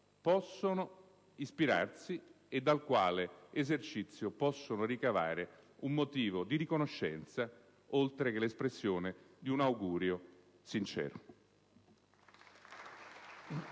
possono ispirarsi e dal quale possono ricavare un motivo di riconoscenza oltre che l'espressione di un augurio sincero.